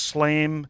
Slam